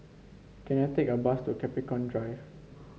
can I take a bus to Capricorn Drive